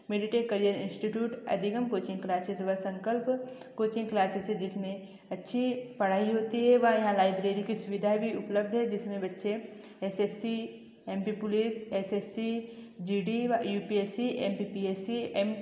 mediated career institute अदिगम coaching classes व संकल्प कोचिंग क्लासेज हैं जिसमें अच्छे पढ़ाई होती है व यहाँ लाइब्रेरी की सुविधा भी उपलब्ध है जिसमें बच्चे S S C M P police S S C G D व U P S C M P P S C M